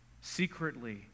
secretly